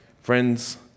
Friends